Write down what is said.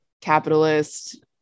capitalist